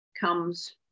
comes